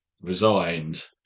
resigned